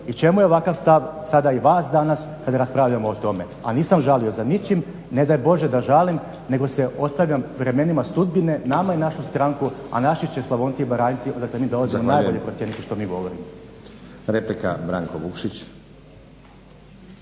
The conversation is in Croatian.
i čemu je ovakav stav sada i vas danas kad raspravljamo o tome a nisam žalio za ničim, ne daj Bože da žalim nego se ostavljam vremenima sudbine nama i našu stranku a naši će Slavonci i Baranjci odakle mi dolazimo najbolje procijeniti što mi govorimo.